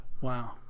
Wow